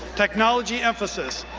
technology emphasis.